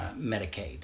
Medicaid